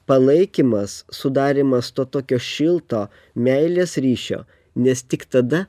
palaikymas sudarymas to tokio šilto meilės ryšio nes tik tada